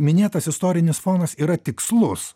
minėtas istorinis fonas yra tikslus